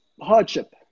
hardship